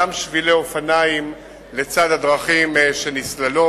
גם שבילי אופניים לצד הדרכים שנסללות.